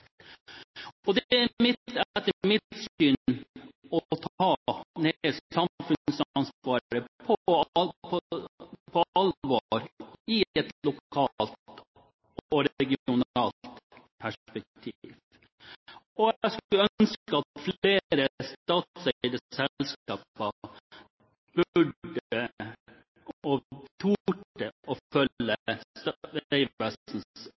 er etter mitt syn å ta samfunnsansvaret på alvor i et lokalt og regionalt perspektiv. Jeg skulle ønske at flere statseide